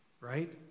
right